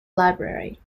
library